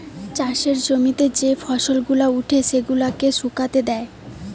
চাষের জমিতে যে ফসল গুলা উঠে সেগুলাকে শুকাতে দেয়